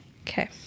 Okay